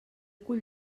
cul